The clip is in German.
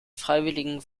freiwilligen